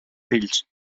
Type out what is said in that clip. fills